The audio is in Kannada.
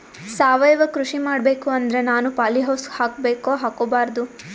ಸಾವಯವ ಕೃಷಿ ಮಾಡಬೇಕು ಅಂದ್ರ ನಾನು ಪಾಲಿಹೌಸ್ ಹಾಕೋಬೇಕೊ ಹಾಕ್ಕೋಬಾರ್ದು?